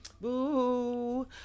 Boo